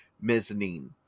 mezzanine